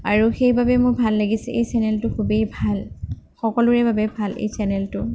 আৰু সেইবাবে মোৰ ভাল লাগিছে এই চেনেলটো খুবেই ভাল সকলোৰে বাবে ভাল এই চেনেলটো